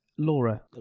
Laura